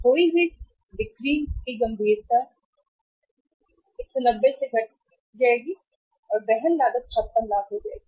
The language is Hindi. खोई हुई बिक्री गंभीरता से घटकर 190 हो जाएगी और वहन लागत 56 लाख हो जाएगी